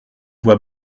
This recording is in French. voix